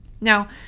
now